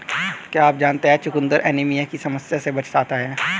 क्या आप जानते है चुकंदर एनीमिया की समस्या से बचाता है?